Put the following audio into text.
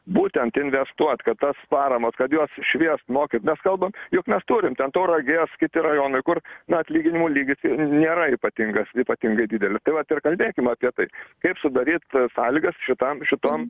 būtent investuot kad tas paramas kad juos šviest mokyt mes kalbam jog mes turim ten tauragės kiti rajonai kur na atlyginimų lygis nėra ypatingas ypatingai didelis tai vat ir kalbėkim apie tai kaip sudaryt sąlygas šitam šitom